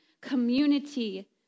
community